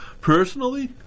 personally